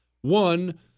One